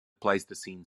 pleistocene